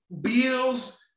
bills